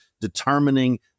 determining